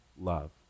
love